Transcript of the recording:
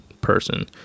person